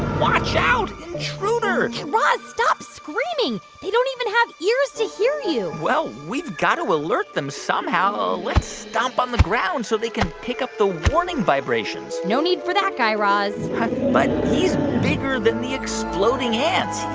watch out. intruder guy raz, stop screaming. they don't even have ears to hear you well, we've got to alert them somehow. let's stomp on the ground, so they can pick up the warning vibrations no need for that, guy raz but bigger than the exploding ants.